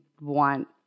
want